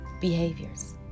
behaviors